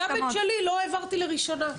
לא, גם את שלי לא העברתי בקריאה ראשונה,